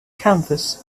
canvas